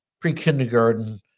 pre-kindergarten-